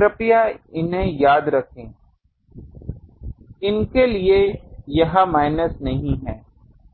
कृपया इन्हें याद रखें इन के लिए यह माइनस नहीं है